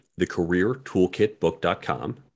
thecareertoolkitbook.com